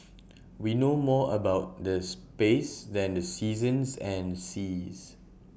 we know more about the space than the seasons and the seas